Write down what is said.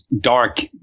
dark